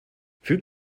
füg